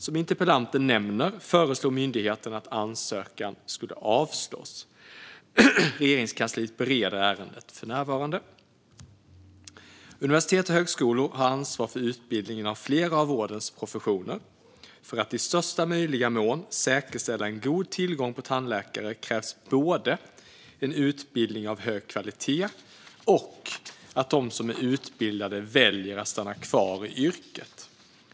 Som interpellanten nämner föreslog myndigheten att ansökan skulle avslås. Regeringskansliet bereder ärendet för närvarande. Universitet och högskolor har ansvar för utbildningen av flera av vårdens professioner. För att i största möjliga mån säkerställa en god tillgång på tandläkare krävs både en utbildning av hög kvalitet och att de som är utbildade väljer att stanna kvar i yrket.